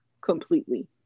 completely